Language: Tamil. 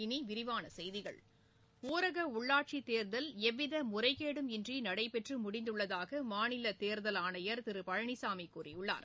இனி விரிவான செய்திகள் ஊரக உள்ளாட்சித்தேர்தல் எவ்வித முறைகேடும் இன்றி நடைபெற்று முடிந்துள்ளதாக மாநில தேர்தல் ஆணையர் திரு பழனிசாமி கூறியுள்ளார்